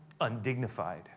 undignified